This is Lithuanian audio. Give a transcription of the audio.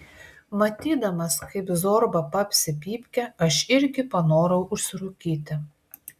matydamas kaip zorba papsi pypkę aš irgi panorau užsirūkyti